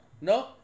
no